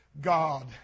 God